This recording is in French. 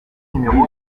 numéro